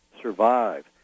survive